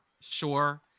Sure